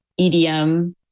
EDM